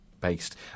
based